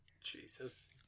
Jesus